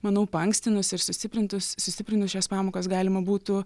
manau paankstinus ir sustiprintus sustiprinus šias pamokas galima būtų